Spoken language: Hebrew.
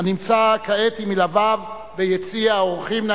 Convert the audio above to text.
הנמצא כעת עם מלוויו ביציע האורחים.